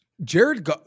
Jared